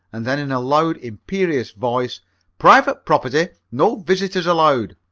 and then in a loud, imperious voice private property! no visitors allowed!